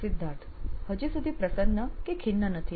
સિદ્ધાર્થ હજી સુઘી પ્રસન્ન કે ખિન્ન નથી